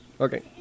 Okay